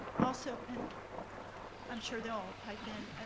also, and i'm sure they'll all pipe in,